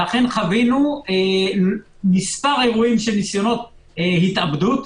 אכן חווינו מספר אירועים של ניסיונות התאבדות.